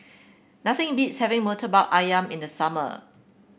nothing beats having murtabak ayam in the summer